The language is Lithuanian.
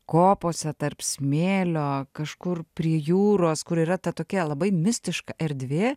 kopose tarp smėlio kažkur prie jūros kur yra tokia labai mistiška erdvė